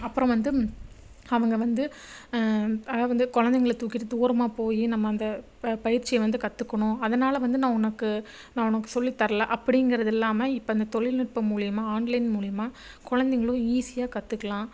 அப்புறம் வந்து அவங்க வந்து அதாவது வந்து குழந்தைங்கள தூக்கிட்டு தூரமாக போயி நம்ம அந்த பயிற்சியை வந்து கத்துக்கணும் அதுனால் வந்து நான் உனக்கு நான் உனக்கு சொல்லி தரல அப்படிங்குறது இல்லாமல் இப்போ இந்த தொழில்நுட்பம் மூலியமாக ஆன்லைன் மூலியமாக குழந்தைங்களும் ஈஸியாக கத்துக்கலாம்